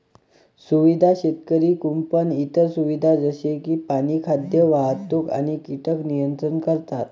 सुविधा शेतकरी कुंपण इतर सुविधा जसे की पाणी, खाद्य, वाहतूक आणि कीटक नियंत्रण करतात